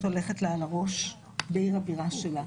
הולכת לה על הראש בעיר הבירה של מדינת ישראל.